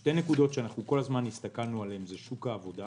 שתי נקודות שכל הזמן הסתכלנו עליהן: שוק העבודה